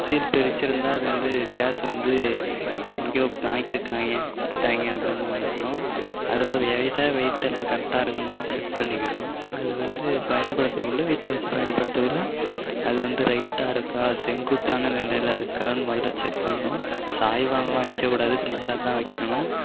seal பிரிச்சுருந்தா அது வந்து கேஸ் வந்து இவன் எங்கேயோ வாங்கியிருக்காங்கே கொடுத்துட்டாங்க அப்டின்னு தான் அர்த்தம் அதோட எடை வெயிட்டெல்லாம் கரெக்டாக இருக்கான்னு நம்ம செக் பண்ணிக்கணும் அது வந்து பயன்படுத்தகுள்ளே வீட்டில் வச்சு பயன்படுத்தகுள்ளே அது வந்து ரைட்டாக இருக்கா செங்குத்தான நிலையில் இருக்கான்னு முதல்ல செக் பண்ணும் சாய்வாகலாம் வைக்க கூடாது நேராக தான் வைக்கிணும்